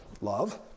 love